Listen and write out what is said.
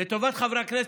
לטובת חברי הכנסת,